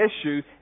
issue